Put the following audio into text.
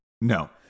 No